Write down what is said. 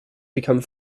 become